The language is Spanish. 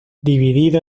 dividido